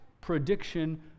prediction